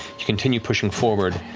you continue pushing forward.